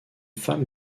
femme